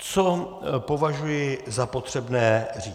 Co považuji za potřebné říct.